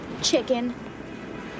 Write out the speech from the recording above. Chicken